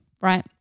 right